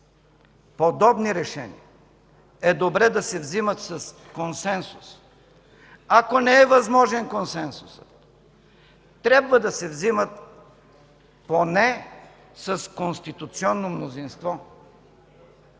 Подобни решения е добре да се взимат с консенсус. Ако не е възможен консенсус, трябва да се взимат поне с конституционно мнозинство.